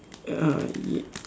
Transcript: uh y~